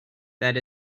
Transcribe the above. that